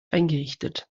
eingerichtet